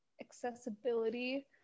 accessibility